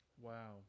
Wow